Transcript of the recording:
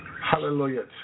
hallelujah